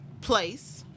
place